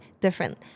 different